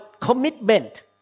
commitment